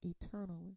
eternally